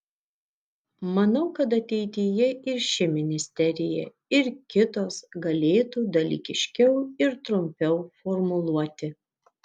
manau kad ateityje ir ši ministerija ir kitos galėtų dalykiškiau ir trumpiau formuluoti